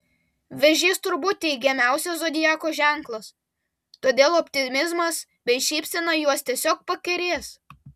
vėžys turbūt teigiamiausias zodiako ženklas todėl optimizmas bei šypsena juos tiesiog pakerės